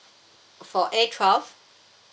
for A twelve